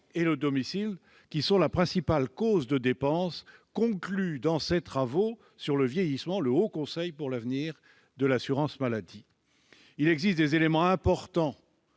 et le domicile qui sont la principale cause de dépenses, conclut dans ses travaux sur le vieillissement le Haut Conseil pour l'avenir de l'assurance maladie. Il existe des éléments importants